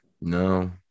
No